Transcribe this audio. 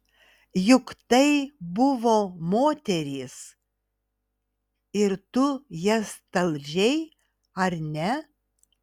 juk tai buvo moterys ir tu jas talžei ar ne